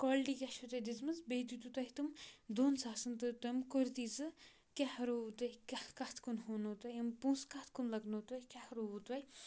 quality کیٛاہ چھَو تۄہہِ دِژمٕژ بیٚیہِ دِتوٗ تۄہہِ تم دۄن ساسَن تہٕ تِم کُرتی زٕ کیٛاہ رووُو تۄہہِ کیٛاہ کَتھ کُن ہُونَو تۄہہِ یِم پونٛسہٕ کَتھ کُن لَگنو تۄہہِ کیٛاہ رووُو تۄہہِ